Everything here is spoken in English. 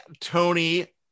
Tony